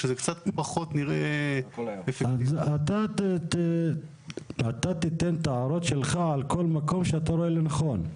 תעיר את ההערות שלך בכל מקום שאתה רואה לנכון.